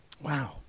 Wow